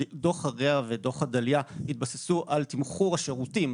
דוח ה-RIA ודוח עדליא התבססו על תמחור השירותים,